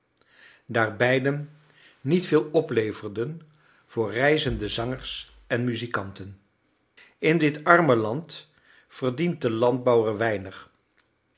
daar beiden niet veel opleverden voor reizende zangers en muzikanten in dit arme land verdient de landbouwer weinig